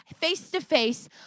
face-to-face